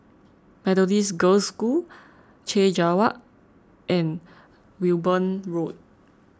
Methodist Girls' School Chek Jawa and Wimborne Road